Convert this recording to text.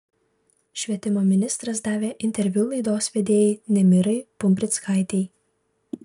švietimo ministras davė interviu laidos vedėjai nemirai pumprickaitei